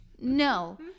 No